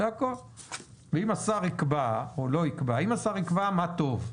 אם השר יקבע - מה טוב.